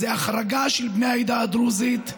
החרגה של בני העדה הדרוזית,